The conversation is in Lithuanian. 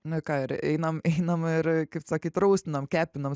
nu ką ir einam einam ir kaip sakyt raustinam kepinam